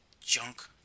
Junk